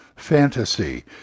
Fantasy